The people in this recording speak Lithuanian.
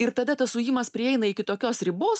ir tada tas ujimas prieina iki tokios ribos